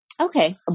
Okay